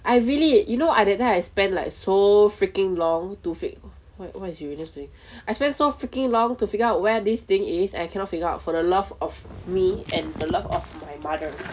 I really you know I that time I spend like so freaking long to fake what is what is doing I spend so freaking long to figure out where this thing is and I cannot figure out for the love of me and the love of my mother